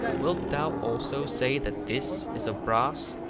wilt thou also say that this is of brass?